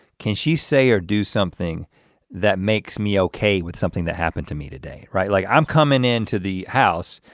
can she say or do something that makes me okay with something that happened to me today, right? like i'm coming into the house,